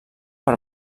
per